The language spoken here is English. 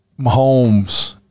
Mahomes